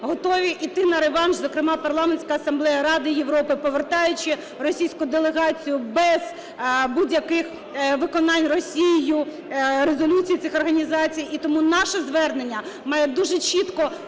готові іти на реванш, зокрема Парламентська асамблея Ради Європи, повертаючи російську делегацію без будь-яких виконань Росією резолюції цих організацій. І тому наше звернення має дуже чітко